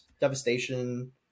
Devastation